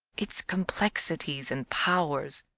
its complexities and powers,